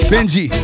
Benji